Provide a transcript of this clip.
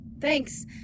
Thanks